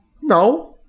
No